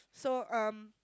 so um